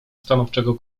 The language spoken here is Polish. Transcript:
stanowczego